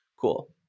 cool